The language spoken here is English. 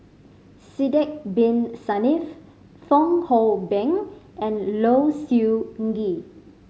Sidek Bin Saniff Fong Hoe Beng and Low Siew Nghee